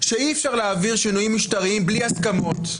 שאי-אפשר להעביר שינויים משטרים בלי הסכמות,